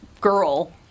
Girl